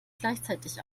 gleichzeitig